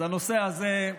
אז הנושא הזה,